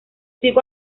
sigo